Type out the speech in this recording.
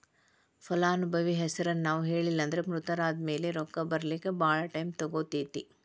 ಫಲಾನುಭವಿ ಹೆಸರನ್ನ ನಾವು ಹೇಳಿಲ್ಲನ್ದ್ರ ಮೃತರಾದ್ಮ್ಯಾಲೆ ರೊಕ್ಕ ಬರ್ಲಿಕ್ಕೆ ಭಾಳ್ ಟೈಮ್ ತಗೊತೇತಿ